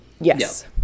Yes